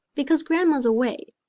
because grandma's away.